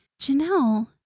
Janelle